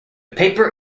paper